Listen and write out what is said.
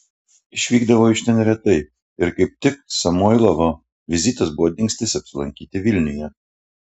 išvykdavo iš ten retai ir kaip tik samoilovo vizitas buvo dingstis apsilankyti vilniuje